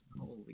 Holy